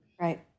Right